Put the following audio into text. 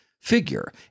figure